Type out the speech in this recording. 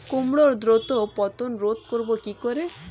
কুমড়োর দ্রুত পতন রোধ করব কি করে?